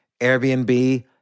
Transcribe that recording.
Airbnb